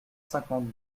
cinquante